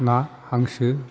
ना हांसो